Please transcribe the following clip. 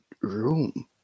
room